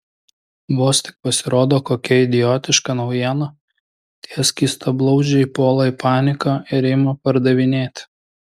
vos tik pasirodo kokia idiotiška naujiena tie skystablauzdžiai puola į paniką ir ima pardavinėti